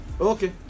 Okay